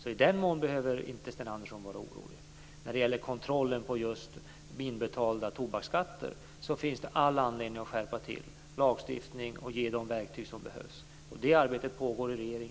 I så måtto behöver inte Sten Andersson vara orolig. När det gäller kontrollen av inbetalda tobaksskatter finns det all anledning att skärpa lagstiftningen och ge de verktyg som behövs. Det arbetet pågår i regeringen.